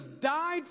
died